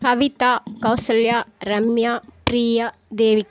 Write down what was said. Kavitha Kausalya Ramya Priya Devika